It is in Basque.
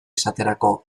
esaterako